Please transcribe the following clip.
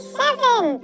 seven